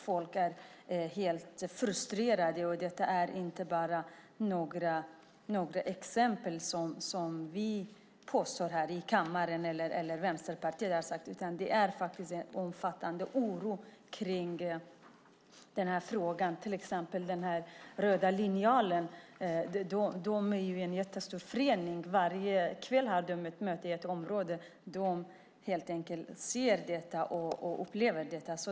Folk är helt frustrerade, och detta är inte bara några exempel vi påstår här i kammaren eller som Vänsterpartiet har sagt, utan det finns faktiskt en omfattande oro kring denna fråga. Rädda Linjalen är till exempel en jättestor förening som varje kväll har möte. De ser och upplever detta.